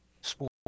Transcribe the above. sport